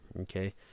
okay